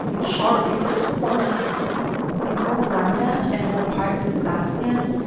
sharp and crisp corners here nicole zander and her partner sebastian,